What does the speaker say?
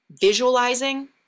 visualizing